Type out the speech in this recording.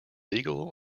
legal